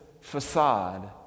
facade